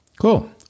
Cool